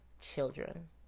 children